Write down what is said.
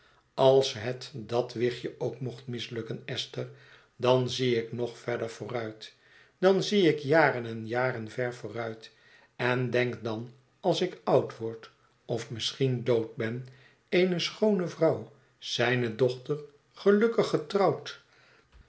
als het dat wichtje ook mocht mislukken esther dan zie ik nog verder vooruit dan zie ik jaren en jaren ver vooruit en denk dat dan als ik oud word of misschien dood ben eene schoone vrouw zijne dochter gelukkig getrouwd